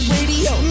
Radio